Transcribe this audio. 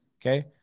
Okay